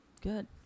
Good